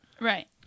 Right